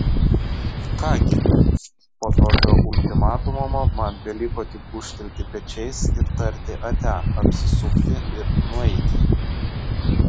ką gi po tokio ultimatumo man beliko tik gūžtelėti pečiais tarti ate apsisukti ir nueiti